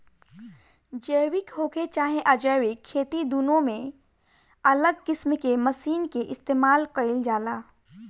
जैविक होखे चाहे अजैविक खेती दुनो में अलग किस्म के मशीन के इस्तमाल कईल जाला